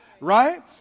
Right